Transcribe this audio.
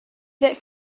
that